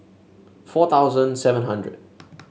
four thousand seven hundred